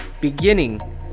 Beginning